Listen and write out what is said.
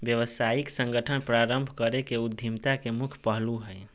व्यावसायिक संगठन प्रारम्भ करे के उद्यमिता के मुख्य पहलू हइ